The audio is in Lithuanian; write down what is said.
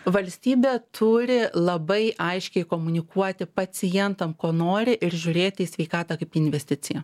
valstybė turi labai aiškiai komunikuoti pacientam ko nori ir žiūrėti į sveikatą kaip į investiciją